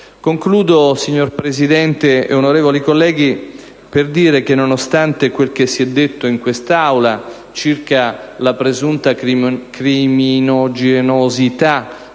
Concludo, signor Presidente, onorevoli colleghi, dicendo che, nonostante quel che si è affermato in quest'Aula circa la presunta criminogenità